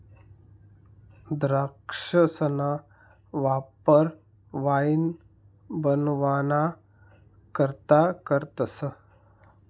द्राक्षसना वापर वाईन बनवाना करता करतस